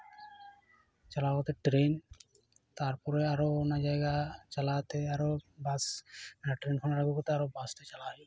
ᱪᱟᱞᱟᱣ ᱠᱟᱛᱮ ᱴᱨᱮᱱ ᱛᱟᱨᱯᱚᱨᱮ ᱟᱨᱚ ᱚᱱᱟ ᱡᱟᱭᱜᱟ ᱪᱟᱞᱟᱣ ᱠᱟᱛᱮ ᱟᱨᱚ ᱵᱟᱥ ᱚᱱᱟ ᱴᱨᱮᱱ ᱠᱷᱚᱱᱟᱜ ᱟᱬᱜᱚ ᱠᱟᱛᱮ ᱟᱨᱚ ᱵᱟᱥᱛᱮ ᱪᱟᱞᱟᱜ ᱦᱩᱭᱩᱜᱼᱟ